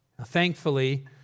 Thankfully